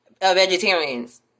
vegetarians